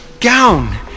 gown